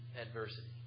adversity